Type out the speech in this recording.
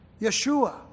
Yeshua